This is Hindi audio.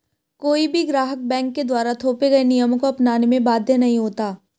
कोई भी ग्राहक बैंक के द्वारा थोपे गये नियमों को अपनाने में बाध्य नहीं होता